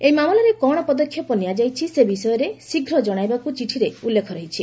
ଏହି ମାମଲାରେ କ'ଣ ପଦକ୍ଷେପ ନିଆଯାଇଛି ସେ ବିଷୟରେ ଶୀଘ୍ର ଜଣାଇବାକୁ ଚିଠିରେ ଉଲ୍ଲେଖ ରହିଛି